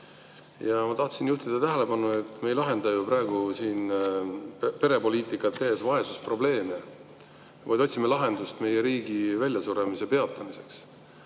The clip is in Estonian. Ma tahtsin juhtida tähelepanu, et me ei lahenda ju praegu siin perepoliitikat tehes vaesusprobleemi, vaid otsime lahendust meie riigi väljasuremise peatamiseks.